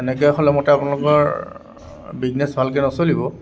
এনেকৈ হ'লে মতে আপোনলোকৰ বিজনেছ ভালকৈ নচলিব